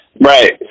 Right